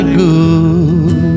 good